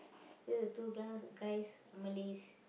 then the two glass guys are Malays